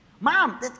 Mom